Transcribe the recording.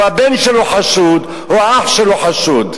הבן שלו חשוד או אח שלו חשוד.